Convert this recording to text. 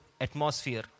atmosphere